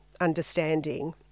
understanding